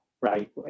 right